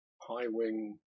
high-wing